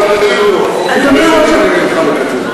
לקצץ,